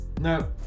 No